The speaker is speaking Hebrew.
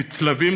בצלבים,